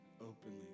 openly